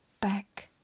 back